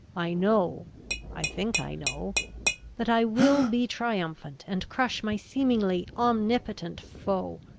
i know i think i know that i will be triumphant, and crush my seemingly omnipotent foe.